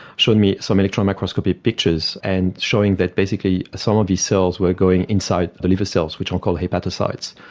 showed me some electron microscopic pictures, and showing that basically some of these cells were going inside inside the liver cells which are called hepatocytes.